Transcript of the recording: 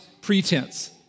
pretense